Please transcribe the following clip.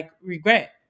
regret